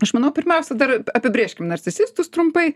aš manau pirmiausia dar apibrėžkim narcisistus trumpai